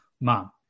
mom